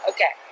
Okay